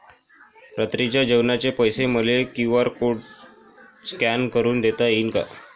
रात्रीच्या जेवणाचे पैसे मले क्यू.आर कोड स्कॅन करून देता येईन का?